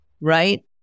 right